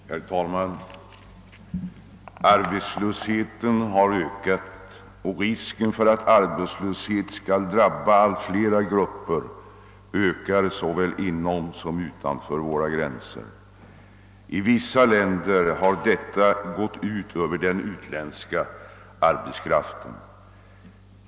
Herr talman! Arbetslösheten har ökat, och risken för att arbetslöshet skall drabba allt flera grupper ökar såväl inom som utanför våra gränser. I vissa länder har det gått ut över den utländska arbetskraften.